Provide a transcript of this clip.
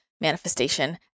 manifestation